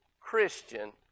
Christian